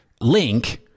link